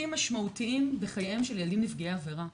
משמעותיים בחייהם של ילדים נפגעי עבירה.